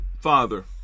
father